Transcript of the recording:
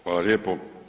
Hvala lijepo.